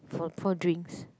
for for drinks